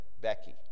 Becky